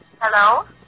Hello